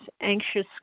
anxious